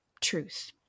truth